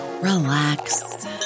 relax